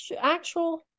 actual